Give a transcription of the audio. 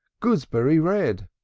gooseberry red!